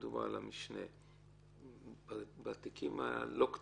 מה לגבי התיקים הלא קטנים?